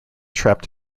trapped